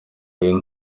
rero